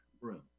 room